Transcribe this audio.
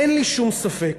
אין לי שום ספק